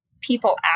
people